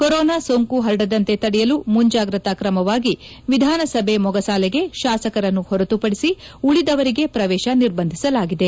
corona ಸೋಂಕು ಹರಡದಂತೆ ತಡೆಯಲು ಮುಂಜಾಗ್ರತಾ ಕ್ರಮವಾಗಿ ವಿಧಾನಸಭೆ ಮೊಗಸಾಲೆಗೆ ಶಾಸಕರನ್ನು ಹೊರತುಪದಿಸಿ ಉಳಿದವರಿಗೆ ಪ್ರವೇಶ ನಿರ್ಬಂಧಿಸಲಾಗಿದೆ